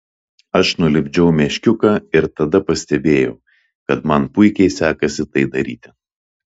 aš nulipdžiau meškiuką ir tada pastebėjau kad man puikiai sekasi tai daryti